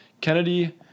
Kennedy